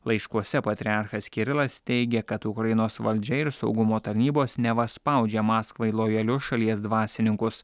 laiškuose patriarchas kirilas teigia kad ukrainos valdžia ir saugumo tarnybos neva spaudžia maskvai lojalius šalies dvasininkus